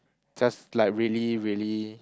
just like really really